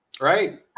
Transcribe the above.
Right